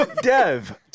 Dev